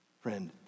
Friend